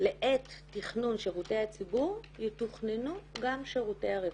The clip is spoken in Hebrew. לעת תכנון שירותי הציבור יתוכננו גם שירותי הרווחה.